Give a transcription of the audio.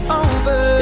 over